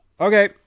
Okay